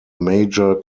major